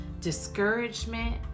discouragement